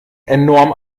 enorm